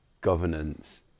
governance